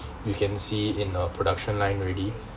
you can see in a production line already